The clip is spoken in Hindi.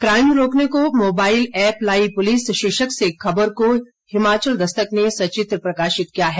काइम रोकने को मोबाइल ऐप लाई पुलिस शीर्षक से खबर को हिमाचल दस्तक ने सचित्र प्रकाशित किया है